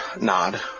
nod